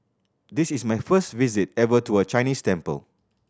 this is my first visit ever to a Chinese temple